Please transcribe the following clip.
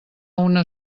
una